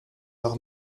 leur